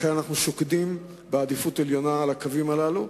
לכן אנחנו שוקדים בעדיפות עליונה על הקווים הללו.